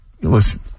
Listen